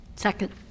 Second